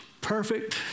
Perfect